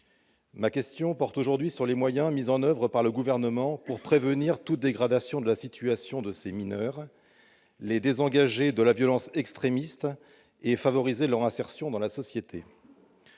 Ma question porte sur les moyens mis en oeuvre par le Gouvernement pour prévenir toute dégradation de la situation de ces mineurs, les désengager de la violence extrémiste et favoriser leur insertion dans la société.